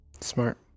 Smart